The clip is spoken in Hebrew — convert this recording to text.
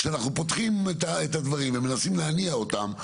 כשאנחנו פותחים את הדברים ומנסים להניע אותם,